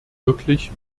wirklich